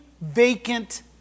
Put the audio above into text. vacant